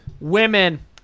Women